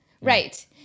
Right